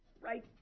Right